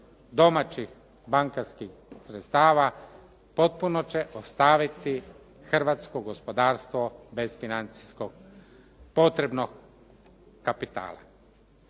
domaćih bankarskih sredstava potpuno će ostaviti hrvatsko gospodarstvo bez financijskog potrebnog kapitala.